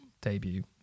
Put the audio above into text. debut